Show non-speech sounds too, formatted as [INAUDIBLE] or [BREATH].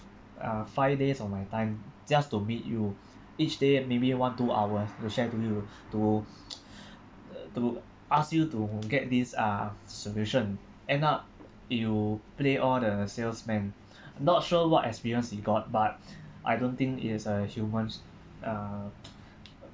uh five days of my time just to meet you each day at maybe one two hours to share to you to [BREATH] [NOISE] [BREATH] uh to ask you to get this uh solution end up you play all the salesman not sure what experience he got but [BREATH] I don't think it's uh human's uh